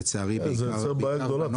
לצערי בעיקר הבנות,